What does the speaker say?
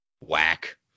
Whack